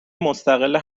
مستقل